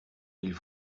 mille